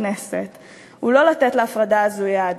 הכנסת הוא לא לתת להפרדה הזאת יד.